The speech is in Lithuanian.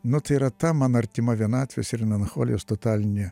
nu tai yra ta man artima vienatvės ir melancholijos totalinė